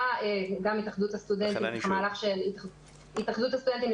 היה גם מהלך של התאחדות הסטודנטים,